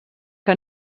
que